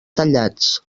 tallats